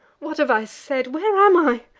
what have i said? where am i?